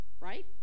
right